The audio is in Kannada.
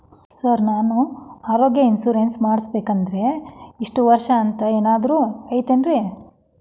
ಸರ್ ನಾನು ಆರೋಗ್ಯ ಇನ್ಶೂರೆನ್ಸ್ ಮಾಡಿಸ್ಬೇಕಂದ್ರೆ ಇಷ್ಟ ವರ್ಷ ಅಂಥ ಏನಾದ್ರು ಐತೇನ್ರೇ?